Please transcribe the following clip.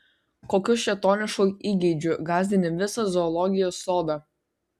kokiu šėtonišku įgeidžiu gąsdini visą zoologijos sodą